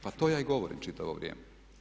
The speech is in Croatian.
Pa to ja i govorim čitavo vrijeme.